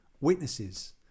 witnesses